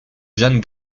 jeanne